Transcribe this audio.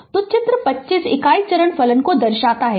तो चित्र 25 इकाई चरण फलन को दर्शाता है